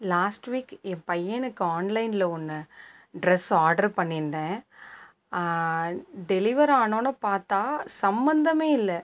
last week என் பையனுக்கு ஆன்லைனில் ஒன்று ட்ரெஸ் ஆர்டர் பண்ணிருந்தேன் டெலிவெர் ஆனோவோனே பார்த்தா சம்மந்தமே இல்லை